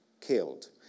killed